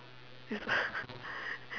it's not